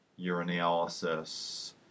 urinalysis